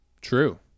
True